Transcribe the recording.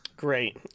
Great